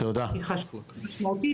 היא משמעותית,